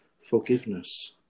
forgiveness